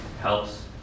helps